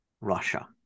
Russia